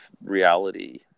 reality